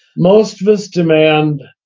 most of us demand